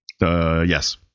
Yes